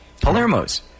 Palermo's